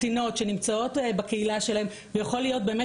קטינות שנמצאות בקהילה שלהן ויכול להיות באמת